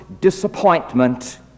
disappointment